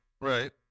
Right